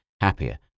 happier